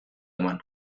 eman